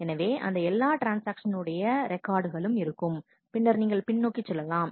எனவே அந்த எல்லா ட்ரான்ஸ்ஆக்ஷன் உடைய ரெக்கார்டு களும் இருக்கும் பின்னர் நீங்கள் பின்னோக்கி செல்லலாம்